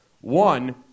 One